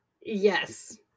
Yes